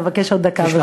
אבקש עוד דקה, ברשותך.